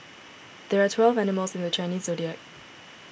there are twelve animals in the Chinese zodiac